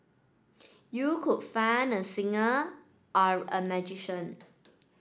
you could find a singer or a magician